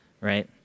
right